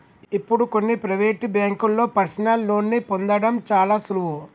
ఇప్పుడు కొన్ని ప్రవేటు బ్యేంకుల్లో పర్సనల్ లోన్ని పొందడం చాలా సులువు